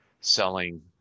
selling